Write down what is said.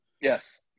Yes